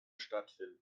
stattfinden